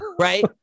Right